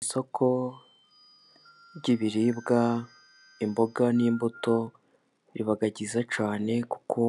Isoko ry'ibiribwa, imboga n'imbuto, riba byiza cyane, kuko